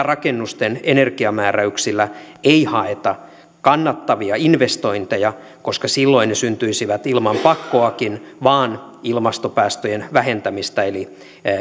rakennusten energiamääräyksillä ei haeta kannattavia investointeja koska silloin ne syntyisivät ilman pakkoakin vaan ilmastopäästöjen vähentämistä eli